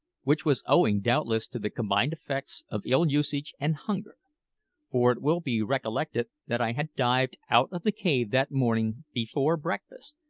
which was owing, doubtless, to the combined effects of ill-usage and hunger for it will be recollected that i had dived out of the cave that morning before breakfast,